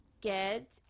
get